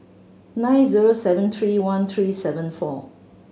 nine zero seven three one three seven four